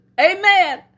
Amen